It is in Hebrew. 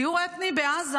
טיהור אתני בעזה,